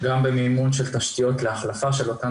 גם במימון של תשתיות להחלפה של אותן